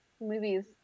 movies